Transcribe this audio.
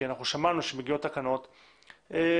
כי אנחנו שמענו שמגיעות תקנות ואני